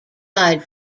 eyed